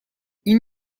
این